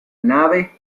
nave